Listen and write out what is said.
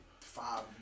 five